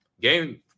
Game